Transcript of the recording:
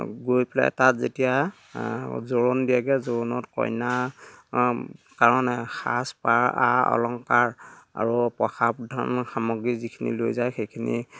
গৈ পেলাই তাত যেতিয়া জোৰোণ দিয়েগে জোৰোণত কইনা কইনা কাৰণে সাজ পাৰ আ অলংকাৰ আৰু প্ৰসাধনৰ সামগ্ৰী যিখিনি লৈ যায় সেইখিনি